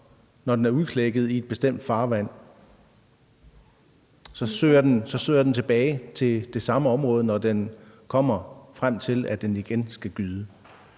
når den er udklækket i et bestemt farvand, søger tilbage til det samme område, når den når til, at den igen skal gyde.